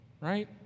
right